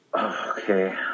Okay